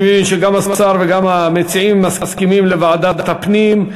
אני מבין שגם השר וגם המציעים מסכימים לוועדת הפנים.